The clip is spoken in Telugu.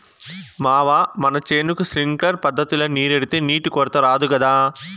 మావా మన చేనుకి సింక్లర్ పద్ధతిల నీరెడితే నీటి కొరత రాదు గదా